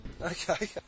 Okay